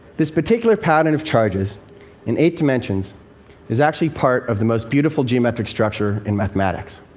this particular pattern of charges in eight dimensions is actually part of the most beautiful geometric structure in mathematics.